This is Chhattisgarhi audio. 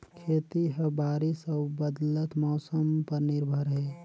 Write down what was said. खेती ह बारिश अऊ बदलत मौसम पर निर्भर हे